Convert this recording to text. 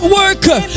worker